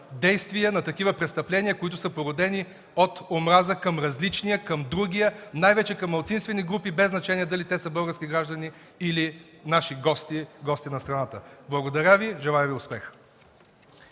действия, на такива престъпления, които са породени от омраза към различния, към другия, най-вече към малцинствени групи, без значение дали те са български граждани или наши гости – гости на страната. Благодаря Ви. Желая Ви успех.